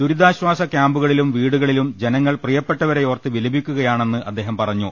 ദുരിതാശ്വാസ ക്യാംപുകളിലും വീടു കളിലും ജനങ്ങൾ പ്രിയപ്പെട്ടവരെയോർത്ത് വിലപിക്കുകയാണെന്ന് അദ്ദേഹം പറഞ്ഞു